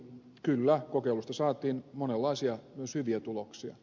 kyllä kokeiluista saatiin monenlaisia myös hyviä tuloksia